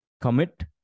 Commit